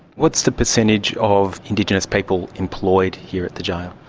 what's the percentage of indigenous people employed here at the jail?